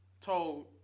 told